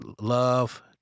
love